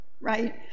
right